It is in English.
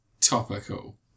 topical